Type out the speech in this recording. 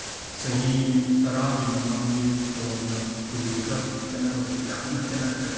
ꯆꯍꯤ ꯇꯔꯥꯒꯤ ꯃꯃꯥꯡꯒꯤ ꯐꯣꯟꯒ ꯍꯧꯖꯤꯛꯀ ꯈꯦꯠꯅꯕꯁꯤ ꯌꯥꯝꯅ ꯈꯦꯠꯅꯈ꯭ꯔꯦ